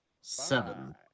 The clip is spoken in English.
Seven